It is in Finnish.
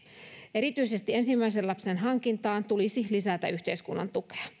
erityisesti ensimmäisen lapsen hankintaan tulisi lisätä yhteiskunnan tukea